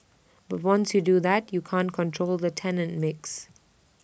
but once you do that you can't control the tenant mix